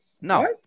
No